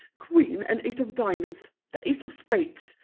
queen, and eight of diamonds, the ace of spades,